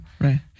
Right